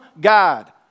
God